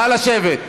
נא לשבת.